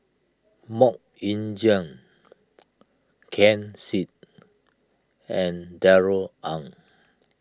Mok Ying Jang Ken Seet and Darrell Ang